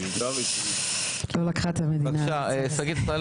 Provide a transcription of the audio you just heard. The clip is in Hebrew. בבקשה, שגית.